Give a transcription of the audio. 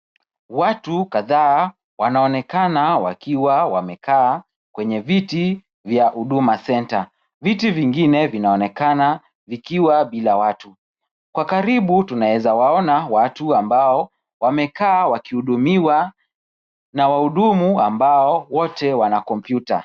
Watu kadhaa, wanaonekana wakiwa wamekaa kwenye viti vya Huduma Centre. Viti vingine vinaonekana vikiwa bila watu. Kwa karibu, tunaeza waona watu ambao wamekaa wakihudumiwa na wahudumu ambao wote wana kompyuta.